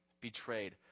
betrayed